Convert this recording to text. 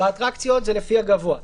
באטרקציות זה לפי הגבוה,